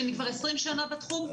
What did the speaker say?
שאני כבר 20 שנה בתחום,